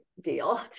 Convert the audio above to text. deal